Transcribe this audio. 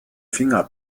finger